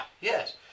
Yes